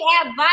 advice